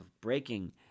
breaking